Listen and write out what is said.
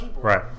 right